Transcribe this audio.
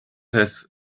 has